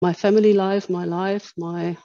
My family life, my life, my